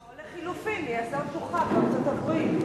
או לחלופין יעשה עוד כוכב בארצות-הברית.